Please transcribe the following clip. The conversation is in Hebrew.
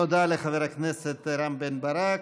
תודה לחבר הכנסת רם בן-ברק.